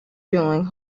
doing